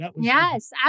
Yes